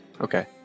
Okay